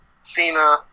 Cena